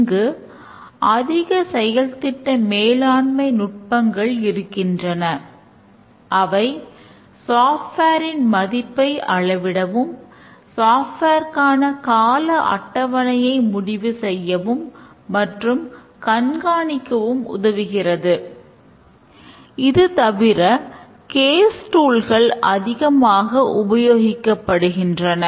இங்கு அதிக செயல் திட்ட மேலாண்மை நுட்பங்கள் இருக்கின்றன அவை சாஃப்ட்வேர் அதிகமாக உபயோகிக்கப்படுகிறன